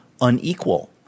unequal